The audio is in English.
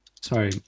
Sorry